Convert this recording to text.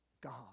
God